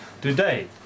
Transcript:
today